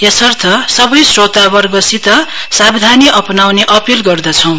यसर्थ सबै स्रोतावर्गसित सावधान अपनाउने अपील गर्दछौं